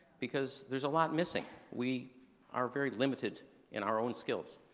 because there's a lot missing. we are very limited in our own skills.